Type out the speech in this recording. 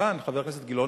חבר הכנסת גילאון,